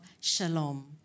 shalom